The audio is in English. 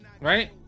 Right